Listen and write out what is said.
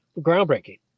groundbreaking